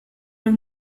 los